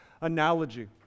analogy